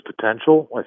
potential